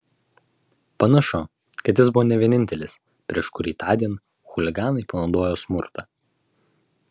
panašu kad jis buvo ne vienintelis prieš kurį tądien chuliganai panaudojo smurtą